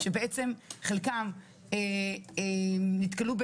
שבעצם חלקם נתקלו,